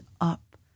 up